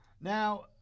Now